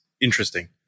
interesting